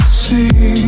see